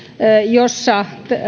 jossa